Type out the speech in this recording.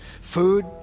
Food